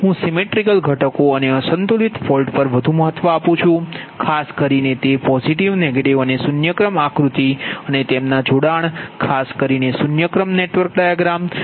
હું symmetrical components symmetrical ઘટકો અને અસંતુલિત ફોલ્ટ પર વધુ મહત્વ આપું છું ખાસ કરીને તે પોઝિટીવ નેગેટીવ અને શૂન્ય ક્રમ આકૃતિ અને તેમના જોડાણ ખાસ કરીને શૂન્ય ક્રમ નેટવર્ક ડાયાગ્રામ